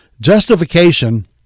Justification